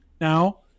now